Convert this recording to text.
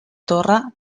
torre